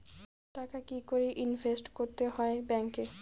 টাকা কি করে ইনভেস্ট করতে হয় ব্যাংক এ?